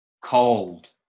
cold